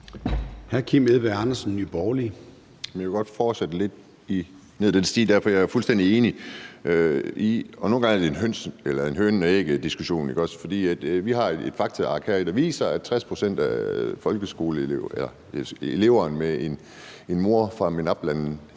Jeg vil godt fortsætte lidt ned ad den sti der, for jeg er fuldstændig enig – og nogle gange er det en hønen og ægget-diskussion, ikke også? For vi har et faktaark her, der viser, at for 60 pct. af folkeskoleelever med en mor fra et